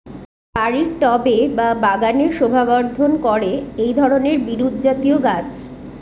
বাড়ির টবে বা বাগানের শোভাবর্ধন করে এই ধরণের বিরুৎজাতীয় গাছ